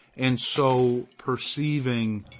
and so perceiving,